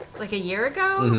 like a year ago?